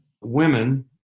women